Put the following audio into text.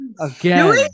again